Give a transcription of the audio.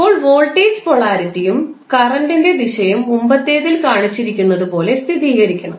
ഇപ്പോൾ വോൾട്ടേജ് പൊളാരിറ്റിയും കറൻറിൻറെ ദിശയും മുമ്പത്തേതിൽ കാണിച്ചിരിക്കുന്നതുപോലെ സ്ഥിരീകരിക്കണം